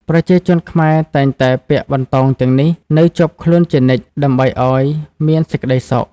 ប្រជាជនខ្មែរតែងតែពាក់បន្តោងទាំងនេះ នៅជាប់ខ្លួនជានិច្ច ដើម្បីឱ្យមានសេចក្ដីសុខ។